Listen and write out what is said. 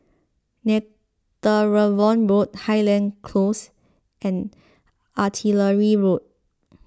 Netheravon Road Highland Close and Artillery Road